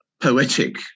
poetic